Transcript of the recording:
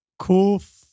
kuf